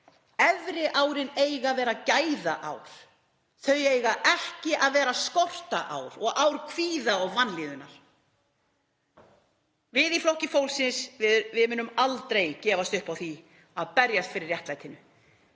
Efri árin eiga að vera gæðaár. Þau eiga ekki að vera ár skorts, kvíða og vanlíðunar. Við í Flokki fólksins munum aldrei gefast upp á því að berjast fyrir réttlætinu.